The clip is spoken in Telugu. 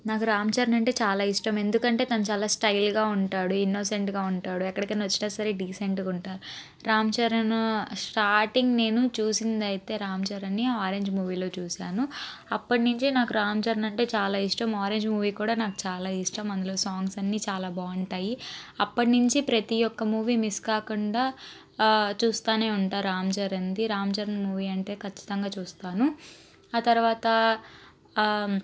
నాకు రాంచరణ్ అంటే చాలా ఇష్టం ఎందుకంటే తను చాలా స్టైల్గా ఉంటాడు ఇన్నోసెంట్గా ఉంటాడు ఎక్కడికైనా సరే వచ్చినా సరే డీసెంట్గా ఉంటాడు రామ్ చరణ్ స్టార్టింగ్ నేను చూసింది అయితే రామ్ చరణ్ని ఆరంజ్ మూవీలో చూసాను అప్పటినుంచి నాకు రామ్ చరణ్ అంటే చాలా ఇష్టం ఆరంజ్ మూవీ కూడా నాకు చాలా ఇష్టం అందులో సాంగ్స్ అన్ని చాలా బాగుంటాయి అప్పటినుంచి ప్రతి ఒక్క మూవీ మిస్ కాకుండా చూస్తూనే ఉంటాను రామ్ చరణ్ది రామ్ చరణ్ మూవీ అంటే ఖచ్చితంగా చూస్తాను ఆ తర్వాత